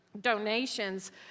donations